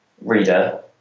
reader